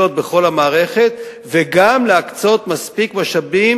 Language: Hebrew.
בכל המערכת וגם להקצות מספיק משאבים